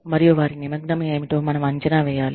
మరియు వారి నిమగ్నం ఏమిటో మనం అంచనా వేయాలి